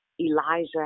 Elijah